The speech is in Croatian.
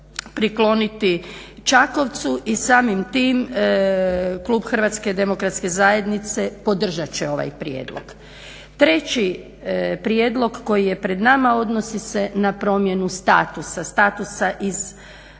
prikloniti Čakovcu i samim tim klub HDZ-a podržat će ovaj prijedlog. Treći prijedlog koji je pred nama odnosi se na promjenu statusa, statusa iz